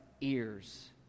ears